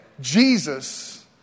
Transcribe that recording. Jesus